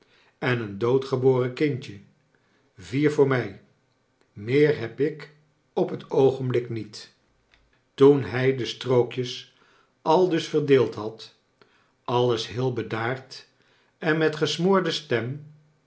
en een doodgeboren kindje vier voor mij meer heb ik op het oogenblik niet toen hij de strookjes aldus verdeeld had alles heel bedaard en met gesmoorde stem